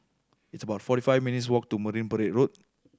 it's about forty five minutes' walk to Marine Parade Road